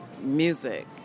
music